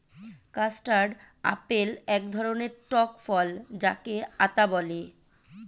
custard apple এক ধরণের টক ফল যাকে আতা বলে